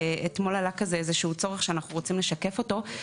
ואתמול עלה איזשהו צורך שאנחנו רוצים לשקף אותו,